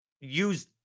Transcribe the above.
use